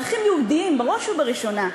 ערכים יהודיים בראש ובראשונה.